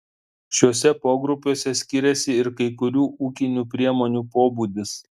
šiuose pogrupiuose skiriasi ir kai kurių ūkinių priemonių pobūdis